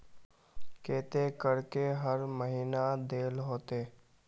केते करके हर महीना देल होते?